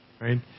right